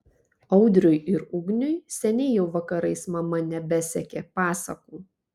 audriui ir ugniui seniai jau vakarais mama nebesekė pasakų